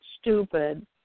stupid